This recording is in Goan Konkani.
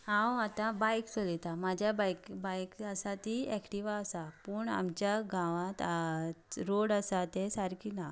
हांव आतां बायक चलयतां म्हज्या बायक आसा ती एक्टिवा आसा पूण आमच्या गांवांत रोड आसा ते सारके ना